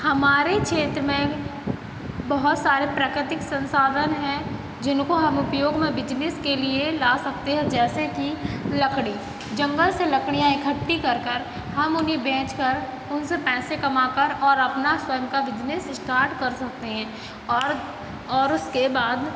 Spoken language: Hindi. हमारे क्षेत्र में बहुत सारे प्राकृतिक संसाधन हैं जिनको हम उपयोग में बिजनेस के लिए ला सकते हैं जैसे कि लकड़ी जंगल से लकड़ियाँ इकट्ठी कर कर हम उन्हें बेचकर उनसे पैसे कमा कर और अपना स्वयं का बिजनेस स्टार्ट कर सकते हैं और और उसके बाद